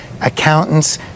accountants